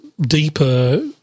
deeper